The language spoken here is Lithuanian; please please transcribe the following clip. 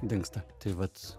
dingsta tai vat